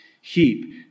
heap